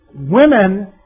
Women